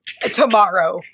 tomorrow